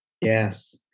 Yes